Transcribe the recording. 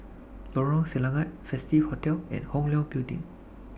Lorong Selangat Festive Hotel and Hong Leong Building